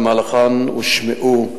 שבמהלכן הושמעו,